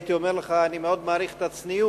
הייתי אומר לך: אני מאוד מעריך את הצניעות,